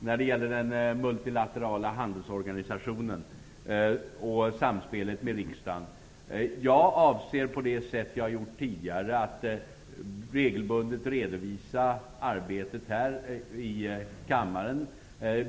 När det gäller den multilaterala handelsorganisationen och samspelet med riksdagen avser jag att på det sätt jag gjort tidigare regelbundet redovisa arbetet här i kammaren.